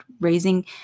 raising